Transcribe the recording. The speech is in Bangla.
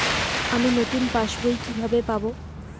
আমি নতুন পাস বই কিভাবে পাব?